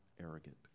arrogant